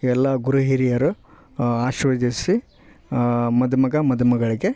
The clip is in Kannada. ಎಲ್ಲಾ ಗುರು ಹಿರಿಯರು ಆಶೀರ್ವದಿಸಿ ಮದುಮಗ ಮದುಮಗಳಿಗೆ